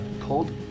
Cold